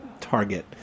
target